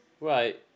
Right